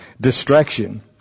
distraction